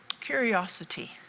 curiosity